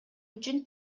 үчүн